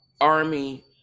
army